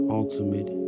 ultimate